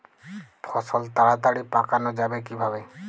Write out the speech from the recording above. ফসল তাড়াতাড়ি পাকানো যাবে কিভাবে?